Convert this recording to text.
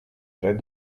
dret